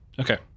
Okay